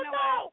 no